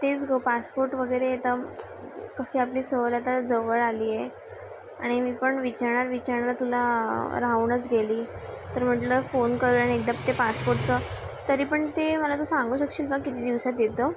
तेच गं पासपोर्ट वगैरे तर कशी आपली सहल आता जवळ आली आहे आणि मी पण विचारणार विचारणार तुला राहूनच गेली तर म्हटलं फोन करून एकदा ते पासपोर्टचं तरी पण ते मला तू सांगू शकशील का किती दिवसात येतं